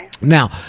Now